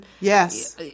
Yes